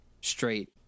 straight